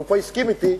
הוא כבר הסכים אתי,